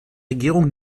regierung